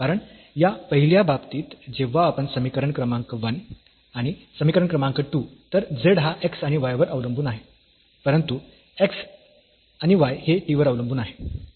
कारण या पहिल्या बाबतीत जेव्हा आपण समीकरण क्रमांक 1 आणि समीकरण क्रमांक 2 तर z हा x आणि y वर अवलंबून आहे परंतु x आणि y हे t वर अवलंबून आहे